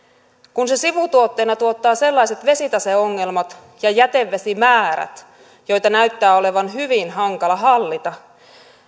kun se sivutuotteena tuottaa sellaiset vesitaseongelmat ja jätevesimäärät joita näyttää olevan hyvin hankala hallita